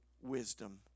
wisdom